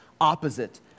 opposite